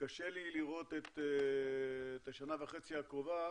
וקשה לי לראות את השנה וחצי הקרובה